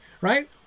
right